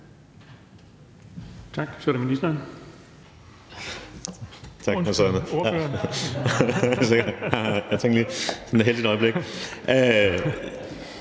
Tak. Så er det ministeren